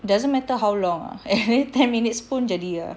it doesn't matter how long ten minutes pun jadi ah